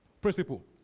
Principle